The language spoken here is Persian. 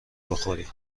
بخوری